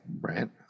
Right